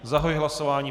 Zahajuji hlasování.